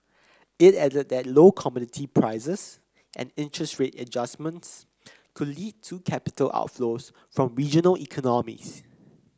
it added that low commodity prices and interest rate adjustments could lead to capital outflows from regional economies